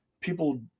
People